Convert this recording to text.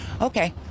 Okay